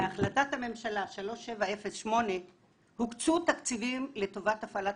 בהחלטת הממשלה 3708 הוקצו תקציבים לטובת הפעלת